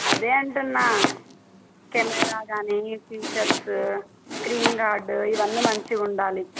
అదే అంటున్నా కెమెరా గానీ ఫీచర్సు స్క్రీన్ కార్డు ఇవన్నీ మంచిగుండాలి